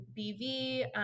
BV